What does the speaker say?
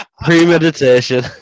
Premeditation